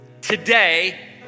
Today